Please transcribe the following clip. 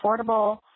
affordable